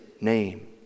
name